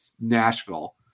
Nashville